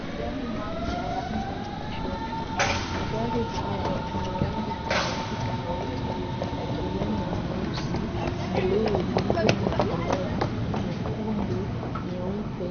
Magari mapya yako maegeshoni. Magari haya yana rangi tofauti tofauti yakiwemo nyeusi, bluu iliyokolea, nyekundu, nyeupe,